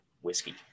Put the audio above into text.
whiskey